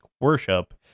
worship